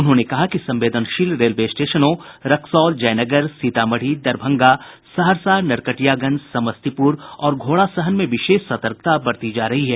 उन्होंने कहा कि संवेदनशील रेलवे स्टेशनों रक्सौल जयनगर सीतामढ़ी दरभंगा सहरसा नरकटियागंज समस्तीपुर और घोड़ासहन में विशेष सतर्कता बरती जा रही है